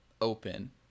open